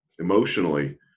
Emotionally